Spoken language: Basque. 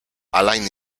alain